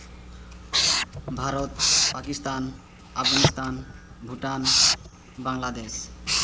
Bharat Pakistan Afghanistan Bhutan Bangladesh